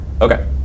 Okay